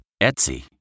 Etsy